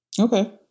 Okay